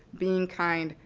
being kind,